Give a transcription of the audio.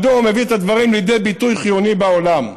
מדוע הוא מביא את הדברים לידי ביטוי חיוני בעולם.